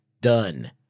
done